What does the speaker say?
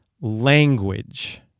language